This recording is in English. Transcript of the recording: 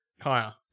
Higher